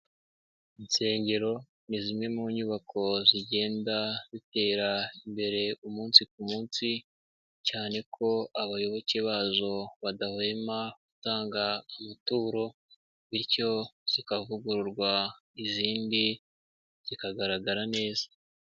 Insengero ni zimwe mu nyubako zigenda zitera imbere umunsi ku munsi, cyane ko abayoboke bazo badahwema gutanga amaturo bityo zikavugururwa, izindi zikagaragara neza.